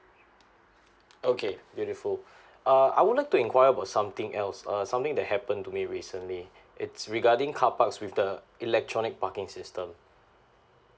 okay beautiful uh I would like to enquire about something else uh something that happened to me recently it's regarding carparks with the electronic parking system